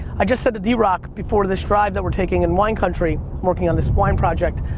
i just said to drock, before this drive that we're taking in wine country working on this wine project,